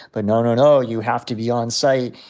but, no, no, no, you have to be on site.